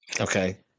Okay